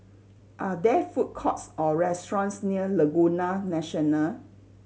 are there food courts or restaurants near Laguna National